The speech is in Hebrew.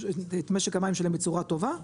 את משק המים שלהם בצורה טובה,